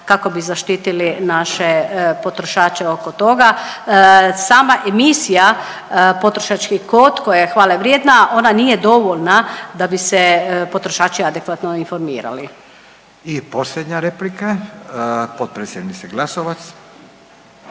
kako bi zaštitili naše potrošače oko toga. Sama emisija „Potrošački kod“ koja je hvale vrijedna ona nije dovoljna da bi se potrošači adekvatno informirali. **Radin, Furio (Nezavisni)** I posljednja replika potpredsjednica Glasovac.